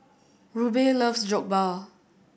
Rube loves Jokbal